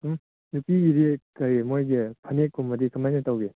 ꯁꯨꯝ ꯅꯨꯄꯤꯒꯤꯗꯤ ꯀꯔꯤ ꯃꯈꯣꯏꯒꯤ ꯐꯅꯦꯛ ꯀꯨꯝꯕꯗꯤ ꯀꯃꯥꯏꯅ ꯇꯧꯒꯦ